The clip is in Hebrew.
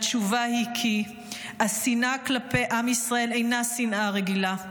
התשובה היא: כי השנאה כלפי עם ישראל אינה שנאה רגילה.